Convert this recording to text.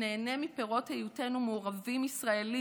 נהנה מפירות היותנו מעורבים ישראליים,